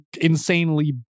insanely